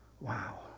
Wow